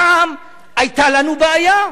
פעם היתה לנו בעיה,